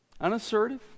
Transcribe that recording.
unassertive